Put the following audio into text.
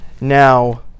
Now